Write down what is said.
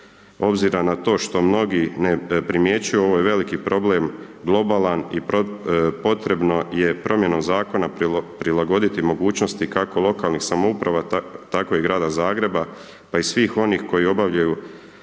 obzira na to što mnogi ne primjećuju, ovo je veliki problem, globalan i potrebno je promjenom Zakona prilagoditi mogućnosti, kako lokalnih samouprava, tako i Grada Zagreba, pa i svih onih koji obavljaju